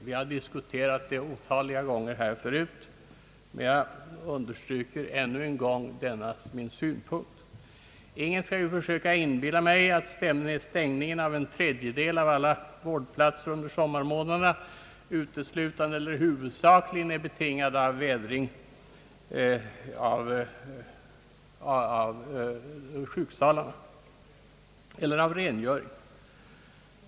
Vi har diskuterat detta otaliga gånger här förut, men jag understryker det ännu en gång. Ingen skall försöka inbilla mig att stängningen av en tredjedel av alla vårdplatser under sommarmånaderna uteslutande eller huvudsakligen är betingad av rengöring av sjuksalarna.